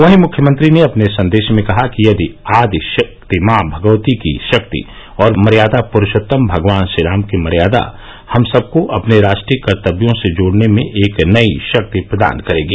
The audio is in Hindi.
वहीं मुख्यमंत्री ने अपने संदेश में कहा कि आदि शक्ति माँ भगवती की शक्ति और मर्यादा पुरूषोत्तम भगवान श्रीराम की मर्यादा हम सबको अपने राष्ट्रीय कर्तव्यों से जोड़ने में एक नई शक्ति प्रदान करेगी